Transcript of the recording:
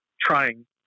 trying